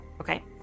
Okay